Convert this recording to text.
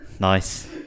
Nice